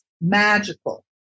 magical